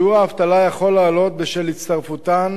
שיעור האבטלה יכול לעלות בשל הצטרפותן